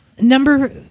Number